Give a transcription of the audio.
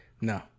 No